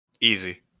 Easy